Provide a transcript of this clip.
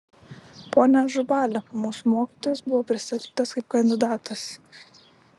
pone ažubali mūsų mokytojas buvo pristatytas kaip kandidatas